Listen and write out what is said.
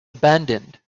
abandoned